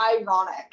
ironic